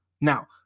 Now